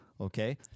Okay